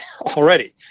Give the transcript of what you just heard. already